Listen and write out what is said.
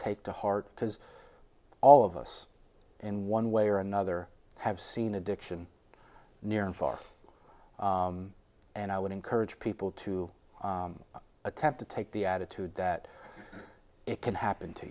take to heart because all of us in one way or another have seen addiction near and far and i would encourage people to attempt to take the attitude that it can happen to